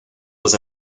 was